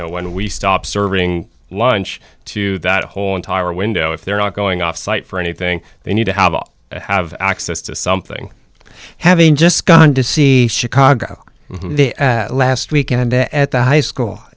know when we stop serving lunch to that whole entire window if they're not going off site for anything they need to have all have access to something having just gone to see chicago last weekend at the high school